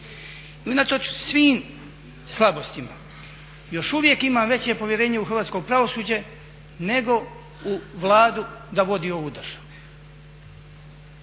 Unatoč svim slabostima još uvijek imam veće povjerenje u hrvatsko pravosuđe nego u Vladu da vodi ovu državu.